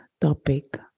topic